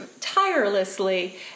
tirelessly